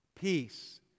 peace